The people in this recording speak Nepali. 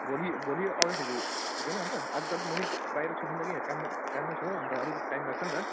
भोलि भोलि आउँदाखेरि हुँदैन अन्त आज त अलिक म नि बाहिर छु छैन कि यहाँ काममै काममै छु हो अन्त अलिकति टाइम लाग्छ नि त